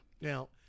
now